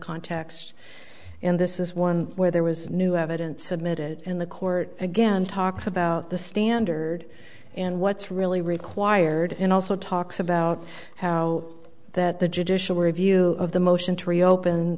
context and this is one where there was new evidence submitted in the court again talks about the standard and what's really required and also talks about how that the judicial review of the motion to reopen